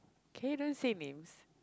can you don't say names